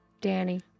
Danny